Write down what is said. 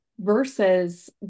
versus